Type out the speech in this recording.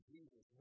Jesus